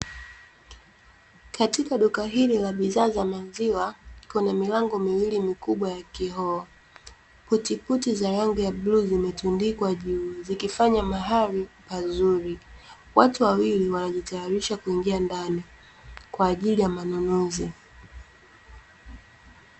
Katika duka hili la bidhaa za maziwa kuna milango miwili mikubwa ya kioo, putiputi za rangi ya bluu zimetundikwa juu, zikifanya mahali pazuri, watu wawili wanajitayarisha kuingia ndani kwa ajili ya manunuzi.